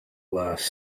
last